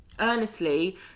earnestly